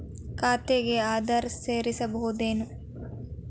ಖಾತೆಗೆ ಆಧಾರ್ ಸೇರಿಸಬಹುದೇನೂ?